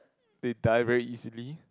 they die very easily